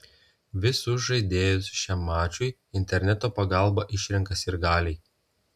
visus žaidėjus šiam mačui interneto pagalba išrenka sirgaliai